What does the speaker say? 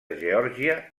geòrgia